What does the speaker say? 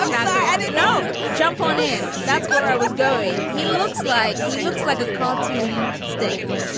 ah i don't know. jump on in. that's what i was going. he looks like he looks like a cartoon steak,